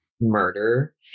murder